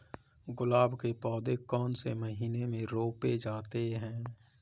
गुलाब के पौधे कौन से महीने में रोपे जाते हैं?